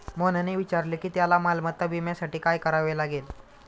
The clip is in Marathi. मोहनने विचारले की त्याला मालमत्ता विम्यासाठी काय करावे लागेल?